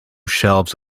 shelves